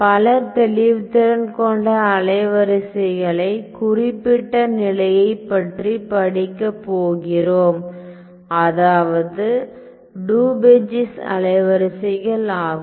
பல தெளிவுத்திறன் கொண்ட அலைவரிசைகளின் குறிப்பிட்ட நிலையை பற்றி படிக்கப் போகிறோம் அதாவது டுபெச்சீஸ் அலைவரிசைகள் ஆகும்